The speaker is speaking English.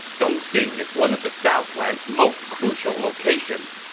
dongxing is one of the southland's most crucial locations.